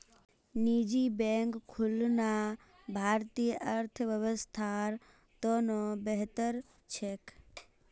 निजी बैंक खुलना भारतीय अर्थव्यवस्थार त न बेहतर छेक